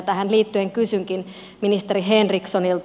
tähän liittyen kysynkin ministeri henrikssonilta